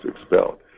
expelled